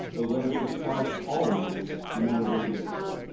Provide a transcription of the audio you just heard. or whether it applies to all waivers no matter when they occur,